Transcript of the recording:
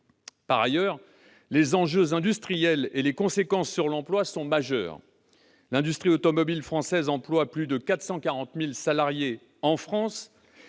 Par ailleurs, les enjeux industriels et les conséquences sur l'emploi sont majeurs. L'industrie automobile emploie plus de 440 000 salariés en France